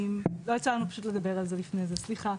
לא יצא לנו פשוט לדבר על זה לפני זה, סליחה.